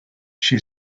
she